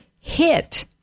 HIT